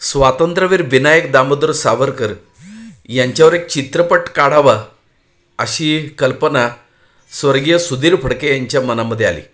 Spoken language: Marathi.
स्वातंत्र्यवीर विनायक दामोदर सावरकर यांच्यावर एक चित्रपट काढावा अशी कल्पना स्वर्गीय सुधीर फडके यांच्या मनामध्ये आली